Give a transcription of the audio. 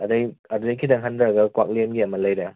ꯑꯗꯒꯤ ꯑꯗꯨꯗꯒꯤ ꯈꯤꯇꯪ ꯍꯟꯊꯔꯒ ꯀ꯭ꯋꯥꯛꯂꯦꯟꯒꯤ ꯑꯃ ꯂꯩꯔꯦ